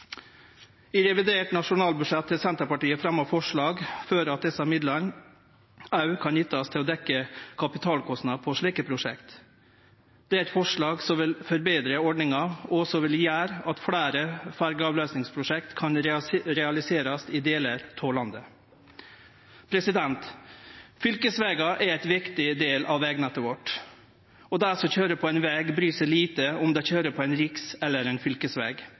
I revidert nasjonalbudsjett har Senterpartiet fremja forslag om at desse midlane òg kan nyttast til å dekke kapitalkostnader på slike prosjekt. Det er eit forslag som vil forbetre ordninga, og som vil gjere at fleire ferjeavløysingsprosjekt kan realiserast i delar av landet. Fylkesvegar er ein viktig del av vegnettet vårt, og dei som køyrer på ein veg, bryr seg lite om dei køyrer på ein riks- eller ein